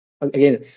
again